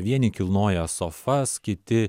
vieni kilnoja sofas kiti